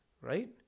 right